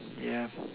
yeah